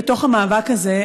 בתוך המאבק הזה,